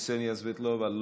קסניה סבטלובה,